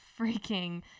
freaking